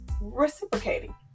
reciprocating